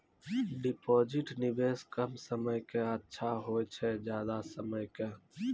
Deposit निवेश कम समय के के अच्छा होय छै ज्यादा समय के?